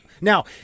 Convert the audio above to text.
Now